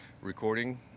recording